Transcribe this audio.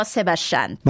Sebastian